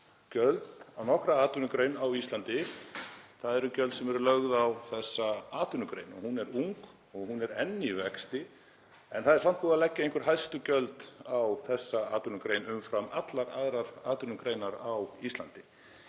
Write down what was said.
gjöld á nokkra atvinnugrein á Íslandi eru gjöldin sem eru lögð á þessa atvinnugrein. Hún er ung og hún er enn í vexti en það er samt búið að leggja einhver hæstu gjöld á þessa atvinnugrein umfram allar aðrar atvinnugreinar á Íslandi.